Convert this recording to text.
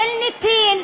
של נתין,